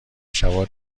شبا